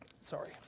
Sorry